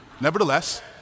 Nevertheless